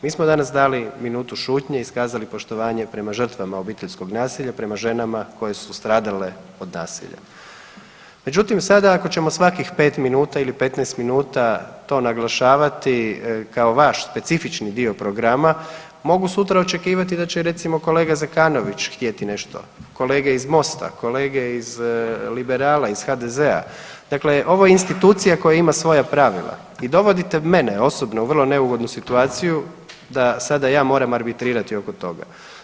Mi smo danas dali minutu šutnje, iskazali poštovanje prema žrtvama obiteljskog nasilja, prema ženama koje su stradale od nasilja, međutim sada ako ćemo svakih pet minuta ili 15 minuta to naglašavati kao vaš specifični dio programa mogu sutra očekivati recimo da će kolega Zekanović htjeti nešto, kolege iz Mosta, kolege iz Liberala iz HDZ-a, dakle ovo je institucija koja ima svoja pravila i dovodite mene osobno u vrlo neugodnu situaciju da sada ja moram arbitrirati oko toga.